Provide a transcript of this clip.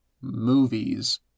movies